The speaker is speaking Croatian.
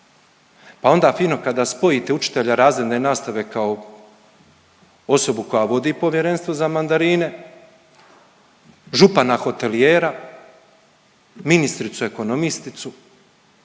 pa onda fino, kada spojite učitelja razredne nastave kao osobu koja vodi Povjerenstvo za mandarine, župana hotelijera, ministricu ekonomisticu,